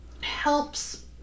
helps